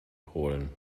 polen